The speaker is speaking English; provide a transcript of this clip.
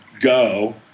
go